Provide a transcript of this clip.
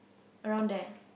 around there